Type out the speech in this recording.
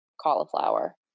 cauliflower